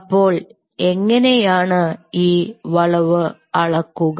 അപ്പോൾ എങ്ങനെയാണ് ഈ വളവ് അളക്കുക